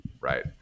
right